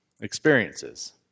experiences